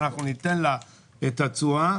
אנחנו ניתן לה את התשואה,